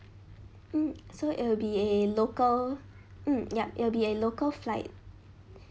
mm so it will be a local mm yup it will be a local flight